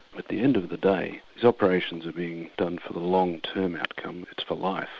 but the end of the day these operations are being done for the long term outcome, it's for life.